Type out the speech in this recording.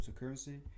cryptocurrency